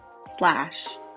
slash